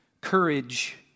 courage